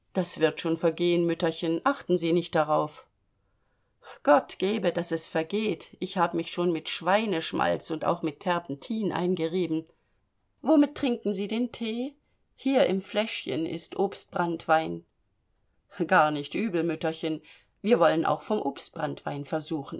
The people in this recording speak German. das wird schon vergehen mütterchen achten sie nicht darauf gott gebe daß es vergeht ich hab mich schon mit schweineschmalz und auch mit terpentin eingerieben womit trinken sie den tee hier im fläschchen ist obstbranntwein gar nicht übel mütterchen wir wollen auch vom